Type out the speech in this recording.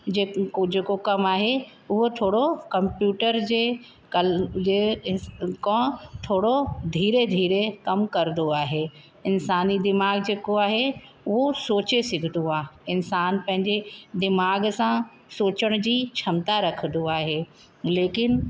जे जेको कम आहे उहो थोरो कंप्यूटर जे कल्ह जेको थोरो धीरे धीरे कम करदो आहे इन्सानी दीमाग़ु जेको आहे उहो सोचे सघंदो आहे इन्सानु पंहिंजे दीमाग़ु सां सोचण जी क्षमता रखदो आहे लेकिन